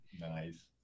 Nice